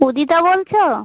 উদিতা বলছো